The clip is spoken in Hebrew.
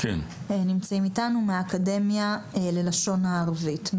מהאקדמיה ללשון ערבית.